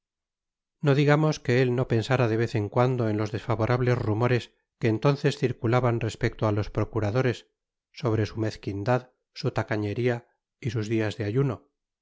no digamos que él no pensara de vez en cuando en los desfavorables rumores que entonces circulaba respecto á los procuradores sobre su mezquindad su tacañería y sus dias de ayuno